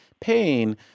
pain